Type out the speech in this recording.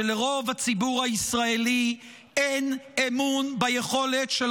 שלרוב הציבור הישראלי אין אמון ביכולת של